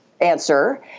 answer